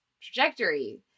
trajectory